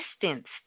distance